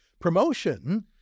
Promotion